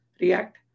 react